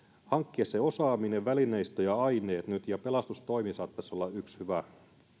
hankkia se osaaminen välineistö ja aineet nyt ja pelastustoimi saattaisi olla yksi hyvä